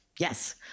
Yes